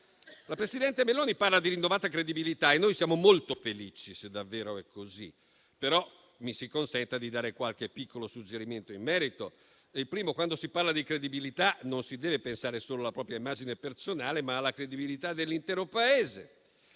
La presidente Meloni parla di rinnovata credibilità e noi siamo molto felici, se davvero è così. Mi si consenta, però, di dare qualche piccolo suggerimento in merito. In primo luogo, quando si parla di credibilità, si deve pensare non solo alla propria immagine personale, ma anche alla credibilità dell'intero Paese.